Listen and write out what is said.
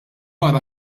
ara